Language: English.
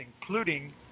including